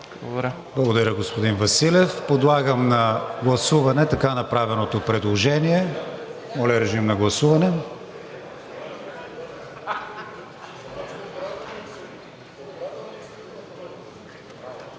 Благодаря, господин Василев. Подлагам на гласуване така направеното предложение. (Реплики на народния